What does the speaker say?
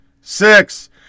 Six